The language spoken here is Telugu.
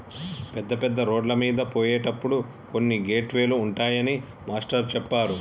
పెద్ద పెద్ద రోడ్లమీద పోయేటప్పుడు కొన్ని గేట్ వే లు ఉంటాయని మాస్టారు చెప్పారు